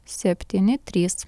septyni trys